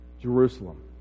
Jerusalem